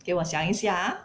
给我想一下 ah